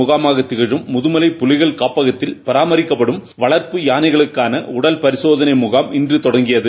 முதுமலை முதுமலை புலிகள் காப்பகத்தில் பராமரிக்கப்படும் வளர்ப்பு யானைகளுக்கான உடல் பரிசோதனை முகாம் இன்று தொடங்கியது